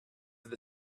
that